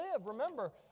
Remember